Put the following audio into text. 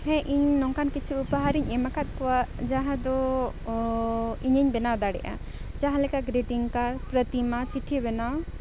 ᱦᱮᱸ ᱤᱧ ᱱᱚᱝᱠᱟᱱ ᱠᱤᱪᱷᱩ ᱩᱯᱚᱦᱟᱨᱤᱧ ᱮᱢᱟᱠᱟᱫ ᱠᱚᱣᱟ ᱡᱟᱦᱟᱸᱫᱚ ᱤᱧᱤᱧ ᱵᱮᱱᱟᱣ ᱫᱟᱲᱮᱭᱟᱜᱼᱟ ᱡᱟᱦᱟᱸᱞᱮᱠᱟ ᱜᱨᱤᱴᱤᱝ ᱠᱟᱨᱰ ᱯᱨᱟᱛᱤᱢᱟ ᱪᱤᱴᱷᱤ ᱵᱮᱱᱟᱣ